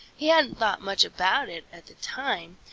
he hadn't thought much about it at the time,